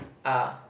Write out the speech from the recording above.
are